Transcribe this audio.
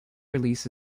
release